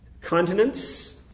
Continents